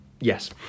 Yes